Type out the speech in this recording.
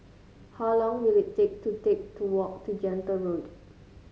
how long will it take to take to walk to Gentle Road